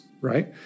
right